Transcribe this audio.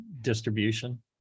distribution